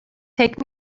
take